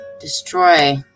destroy